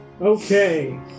Okay